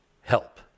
help